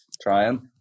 Trying